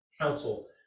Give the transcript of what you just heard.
council